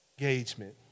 engagement